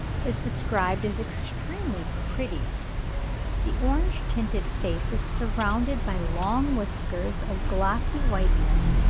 is described as extremely pretty the orange-tinted face is surrounded by long whiskers of glossy whiteness,